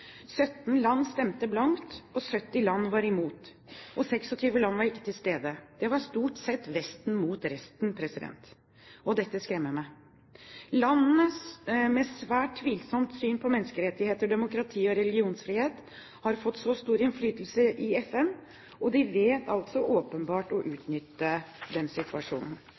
17 land stemte blankt, 70 land var imot og 26 land var ikke til stede. Det var stort sett Vesten mot resten. Dette skremmer meg. Land med svært tvilsomt syn på menneskerettigheter, demokrati og religionsfrihet har fått så sterk innflytelse i FN og vet åpenbart å utnytte den situasjonen.